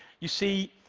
you see,